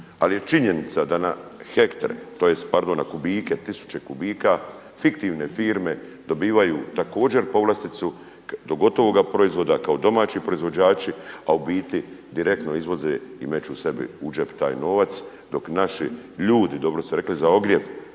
ali je činjenica da na tisuće kubika fiktivne firme dobivaju također povlasticu i to gotovoga proizvoda kao domaći proizvođači, a u biti direktno izvoze i meću sebi u džep taj novac, dok naši ljudi, dobro ste rekli za ogrjev,